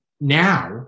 now